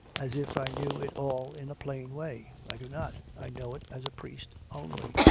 as if i knew it all in a plain way. i do not. i know it as a priest only.